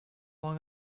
long